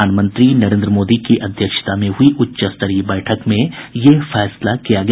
प्रधानमंत्री नरेंद्र मोदी की अध्यक्षता में हुई उच्च स्तरीय बैठक में यह फैसला किया गया